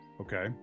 Okay